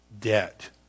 debt